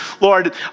Lord